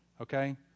okay